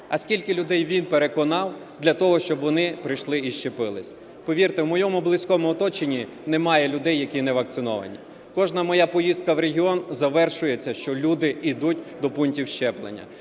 а скільки людей він переконав для того, щоб вони прийшли і щепились. Повірте, в моєму близькому оточенні немає людей, які невакциновані. Кожна моя поїздка в регіон завершується, що люди ідуть до пунктів щеплення.